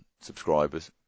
subscribers